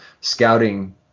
scouting